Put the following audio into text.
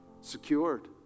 Secured